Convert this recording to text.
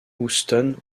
houston